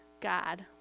God